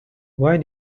why